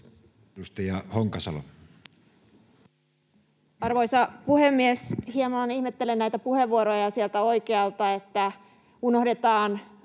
Arvoisa puhemies! Hieman ihmettelen näitä puheenvuoroja sieltä oikealta, että unohdetaan